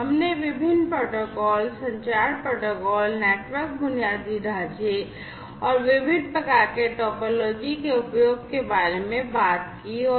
हमने विभिन्न प्रोटोकॉल संचार प्रोटोकॉल नेटवर्क बुनियादी ढांचे और विभिन्न प्रकार के टोपोलॉजी के उपयोग बारे में बात की है